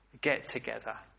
get-together